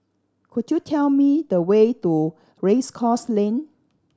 could you tell me the way to Race Course Lane